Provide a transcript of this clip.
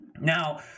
Now